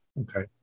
Okay